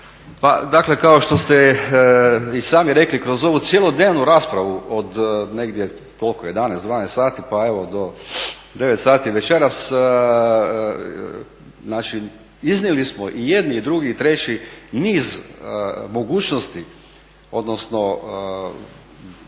Pa dakle kao što ste i sami rekli kroz ovu cjelodnevnu raspravu od negdje, koliko 11, 12 sati pa evo do 9 sati večeras, znači iznijeli smo i jedni i drugi i treći niz mogućnosti, odnosno